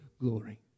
glory